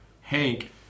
Hank